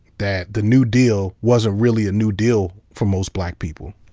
that the new deal wasn't really a new deal for most black people.